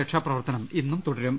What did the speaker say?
രക്ഷാപ്ര വർത്തനം ഇന്നും തുടരും